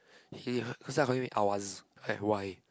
he ownself call him Awaz like why